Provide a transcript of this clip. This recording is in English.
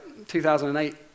2008